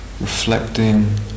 reflecting